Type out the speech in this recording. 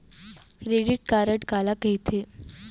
Credit card काला कहिथे?